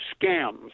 scams